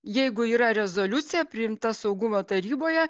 jeigu yra rezoliucija priimta saugumo taryboje